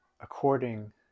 according